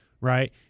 Right